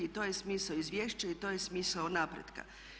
To je smisao izvješća i to je smisao napretka.